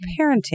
parenting